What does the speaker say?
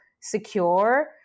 secure